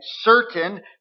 certain